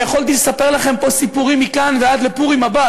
ויכולתי לספר לכם פה סיפורים מכאן ועד לפורים הבא,